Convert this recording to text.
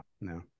no